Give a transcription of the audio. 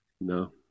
No